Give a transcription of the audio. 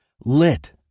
lit